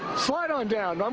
slide on down. i'm